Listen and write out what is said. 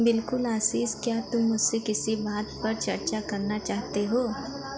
बिलकुल आशीष क्या तुम मुझसे किसी बात पर चर्चा करना चाहते हो